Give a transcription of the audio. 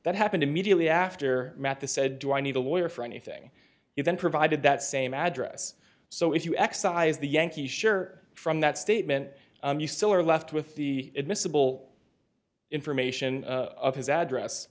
that happened immediately after that the said do i need a lawyer for anything you've been provided that same address so if you excise the yankee share from that statement you still are left with the admissible information of his address